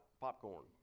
popcorn